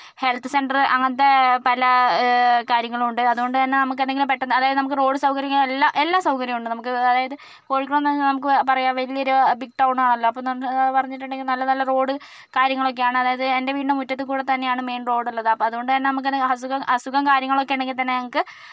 health centre അങ്ങനത്തെ പല കാര്യങ്ങളും ഉണ്ട് അതുകൊണ്ടു തന്നെ നമുക്ക് എന്തെങ്കിലും പെട്ടെന്ന് അതായത് നമുക്ക് റോഡ് സൗകര്യങ്ങൾ എല്ലാ എല്ലാ സൗകര്യവും ഉണ്ട് നമുക്ക് അതായത് കോഴിക്കോട് നമുക്ക് പറയാം വലിയ ഒരു ബിഗ് ടൗണാണല്ലോ അപ്പോഴെന്ന് പറഞ്ഞിട്ടുണ്ടെങ്കിൽ നല്ല നല്ല റോഡ് കാര്യങ്ങളൊക്കെയാണ് അതായത് എൻറെ വീട്ടിൻറെ മുറ്റത്തു കൂടി തന്നെയാണ് മെയിൻ റോഡുള്ളത് അപ്പോൾ അതുകൊണ്ടു തന്നെ നമുക്കത് അസുഖം അസുഖം കാര്യങ്ങളൊക്കെ ഉണ്ടെങ്കിൽ തന്നെ ഞങ്ങൾക്ക്